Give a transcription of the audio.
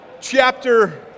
chapter